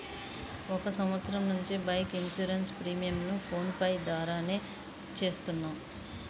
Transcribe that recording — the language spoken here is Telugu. ఒక సంవత్సరం నుంచి బైక్ ఇన్సూరెన్స్ ప్రీమియంను ఫోన్ పే ద్వారానే చేత్తన్నాం